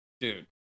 dude